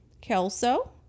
Kelso